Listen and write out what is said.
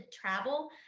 travel